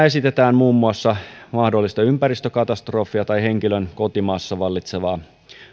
esitetään muun muassa mahdollista ympäristökatastrofia tai henkilön kotimaassa vallitsevaa